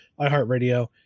iHeartRadio